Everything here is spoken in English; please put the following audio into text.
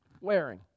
wearing